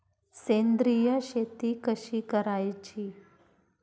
सेंद्रिय शेती कशी करायची?